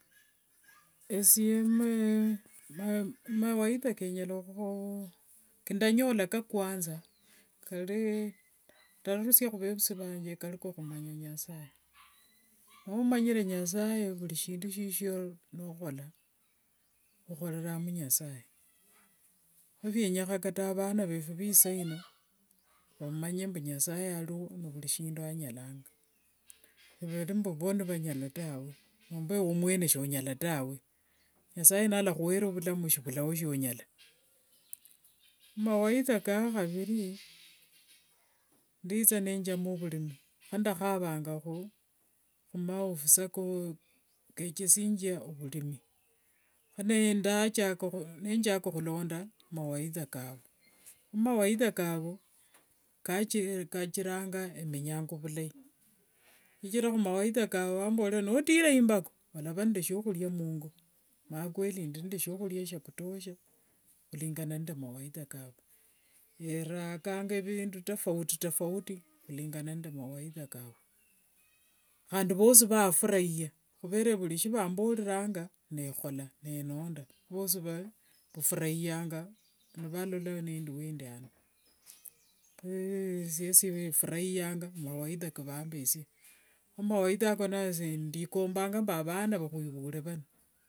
Esye mawaidha kendanyola ka kakwanza ndarusia khuvevusi vanje kari kokhumanya nyasaye, nomumanyire nasaye vuri shindu shishio nokhola okhoreranga munyasaye, kho vyenyekha kata avana vefu vaisaino vamanye mbu nyasaye ariwo nivurishindu anyalanga nivanyola tawe nomba ewe mwene sonyala tawe, nyasaye niyalakhwere vulamu shumao shonyala, ni mawaidha kakhaviri ninditha nimanya khurima ndekeshingia ovurimi ninjaka khulonda mawaidha kavu, mumawaidha kavu kachiranga nenyanga vulai, shichira mawaidha kavu vamborera shichira nitira imbako walava nde shiokhuria munzu, mbao kweli ndi nde shiakhuria shiakutosha khulingana nde mawaidha kavu, yerakanga vindu tofauti tofauti khulingana nde mawaidha kavu khandi vhosi vafurayiyanga, khuvera vuri shiavamboreranga, nekhola nenonda vosi vafurayiyanga nivalola nindi wendi ano, siesi furahiyanga mawaidha kavamberesia, khumawaidha ako ndikombanga mbu avana vakhwivula vano.